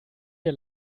wir